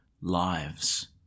lives